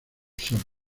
sol